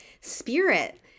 spirit